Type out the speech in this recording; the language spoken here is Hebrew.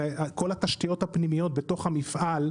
הרי כל התשתיות הפנימיות בתוך המפעל,